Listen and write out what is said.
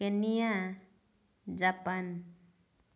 Kenya Japan